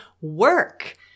work